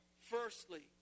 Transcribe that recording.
firstly